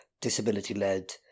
disability-led